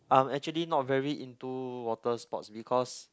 I'm actually not very into water sports because